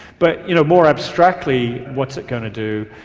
but you know more abstractly, what's it going to do?